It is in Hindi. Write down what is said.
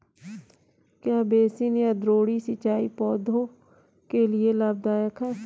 क्या बेसिन या द्रोणी सिंचाई पौधों के लिए लाभदायक है?